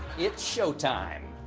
it's show time.